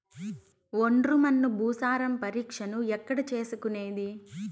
ఒండ్రు మన్ను భూసారం పరీక్షను ఎక్కడ చేసుకునేది?